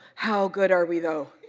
how good are we though?